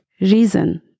reason